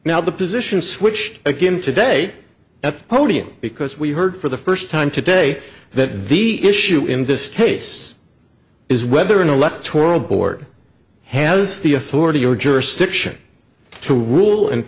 now the position switched again today at the podium because we heard for the first time today that the issue in this case is whether intellectual board has the authority or jurisdiction to rule and